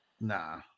Nah